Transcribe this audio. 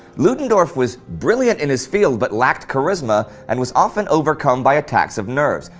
ludendorff was brilliant in his field but lacked charisma and was often overcome by attacks of nerves.